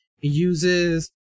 uses